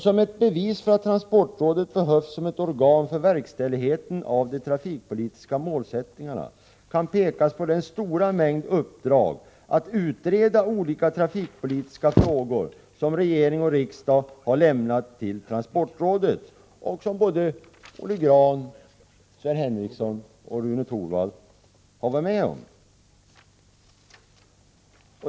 Som ett bevis för att transportrådet behövs som ett organ för verkställigheten av de trafikpolitiska målsättningarna kan framhållas den stora mängd uppdrag att utreda olika trafikpolitiska frågor som regering och riksdag har lämnat till transportrådet. Det håller Olle Grahn, Sven Henricsson och Rune Torwald säkert med om.